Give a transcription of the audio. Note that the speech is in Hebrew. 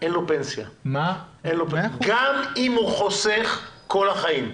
אין לו פנסיה גם אם הוא חוסך לפנסיה כל החיים.